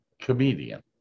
comedian